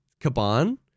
Kaban